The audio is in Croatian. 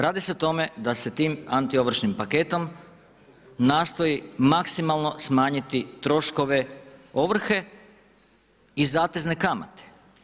Radi se o tome da se tim antiovršnim paketom, nastoji maksimalno smanjiti troškove ovrhe i zatezne kamate.